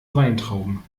weintrauben